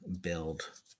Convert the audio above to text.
build